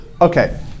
Okay